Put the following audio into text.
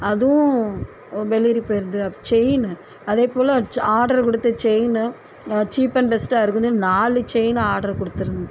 அதுவும் ஒ வெளிரி போயிடுது செயின்னு அதே போல ச்ச ஆர்டர் கொடுத்த செயின்னு சீப் அன் பெஸ்ட்டாக இருக்குதுன்னு சொல்லி நாலு செயின்னு ஆர்டர் கொடுத்துருந்